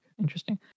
Interesting